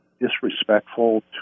disrespectful